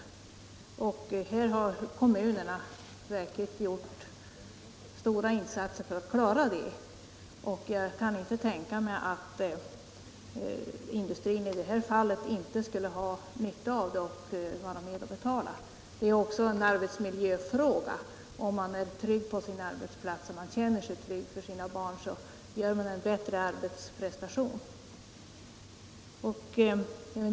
Kommunerna har verkligen också giort stora insatser för att klara barntill utomlands synen. Jag kan inte tänka mig att industrin i det här fallet inte skulle ha nytta av detta och vill vara med och betala. Detta är också en arbetsmiljöfråga. Om man känner sig trygg för sina barn när man är på arbetet, gör man en bättre arbetsprestation.